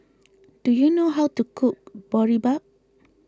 do you know how to cook Boribap